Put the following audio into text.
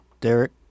Derek